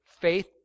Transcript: faith